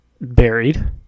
buried